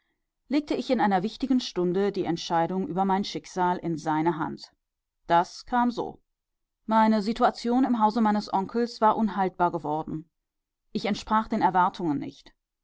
legte ich in einer wichtigen stunde die entscheidung über mein schicksal in seine hand das kam so meine situation im hause meines onkels war unhaltbar geworden ich entsprach den erwartungen nicht